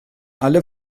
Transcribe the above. alle